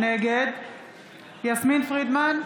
נגד יסמין פרידמן,